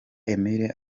emile